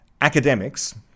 academics